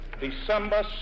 December